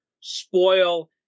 spoil